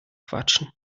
quatschen